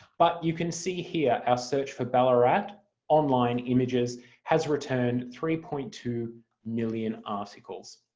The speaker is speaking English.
but you can see here our search for ballarat online images has returned three point two million articles,